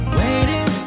waiting